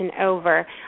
over